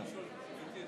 גברתי,